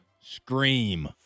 Scream